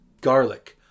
garlic